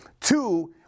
Two